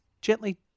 gently